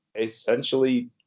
essentially